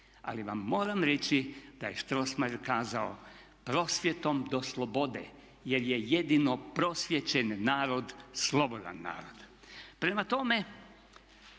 Ali vam moram reći da je Strossmayer kazao: "Prosvjedom do slobode, jer je jedino prosvijećen narod slobodan narod." Prema tome,